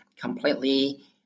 completely